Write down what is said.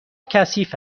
کثیف